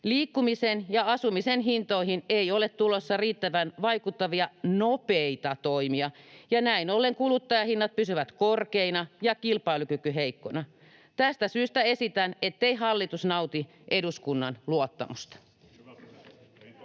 Liikkumisen ja asumisen hintoihin ei ole tulossa riittävän vaikuttavia, nopeita toimia, ja näin ollen kuluttajahinnat pysyvät korkeina ja kilpailukyky heikkona. Tästä syystä esitän, ettei hallitus nauti eduskunnan luottamusta. [Speech